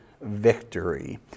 victory